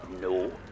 No